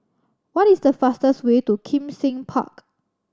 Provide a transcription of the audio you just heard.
what is the fastest way to Kim Seng Park